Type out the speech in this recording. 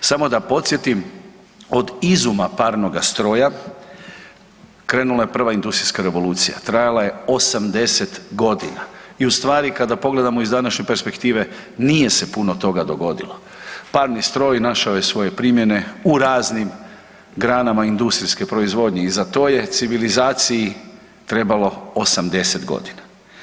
Samo da podsjetim, od izuma parnoga stroja, krenula je prva industrijska revolucija, trajala je 80 godina i ustvari, kad pogledamo iz današnje perspektive, nije se puno toga dogodilo, parni stroj našao je svoje primjene u raznim granama industrijske proizvodnje i za to je civilizaciji trebalo 80 godina.